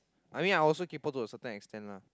I mean I also kaypo to a certain extent lah